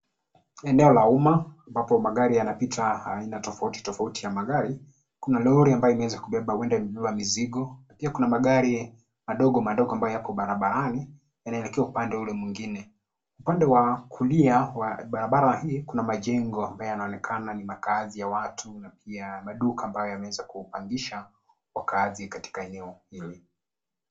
Eneo la umma ambapo magari yanapita aina tofauti tofauti ya magari. Kuna lori ambayo huenda imebeba mizigo na pia kuna magari madogo madogo ambayo yako barabarani yanaelekea upande ule mwingine. Upande wa kulia wa barabara hii kuna majengo ambayo yanaonekana ni makaazi ya watu na pia maduka ambayo yameweza kupangisha wakaazi katika eneo hili.